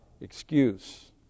excuse